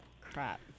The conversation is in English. Crap